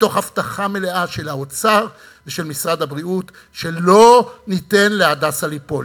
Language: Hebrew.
מתוך הבטחה מלאה של האוצר ושל משרד הבריאות שלא ניתן ל"הדסה" ליפול.